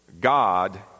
God